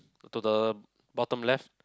to the bottom left